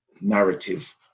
narrative